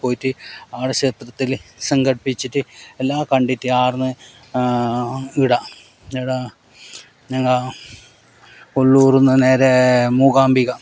പോയിട്ട് ആടെ ക്ഷേത്രത്തിൽ സംഘടിപ്പിച്ചിട്ട് എല്ലാ കണ്ടിട്ട് ആട്ന്ന് ഈട ഈട ഞങ്ങൾ കൊല്ലൂരിൽ നിന്നു നേരെ മൂകാംബിക